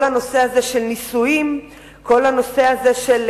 כל הנושא הזה של נישואים, כל הנושא הזה של